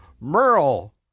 Merle